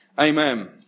Amen